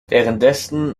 währenddessen